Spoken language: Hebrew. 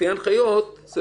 לפי ההנחיות שיש להם,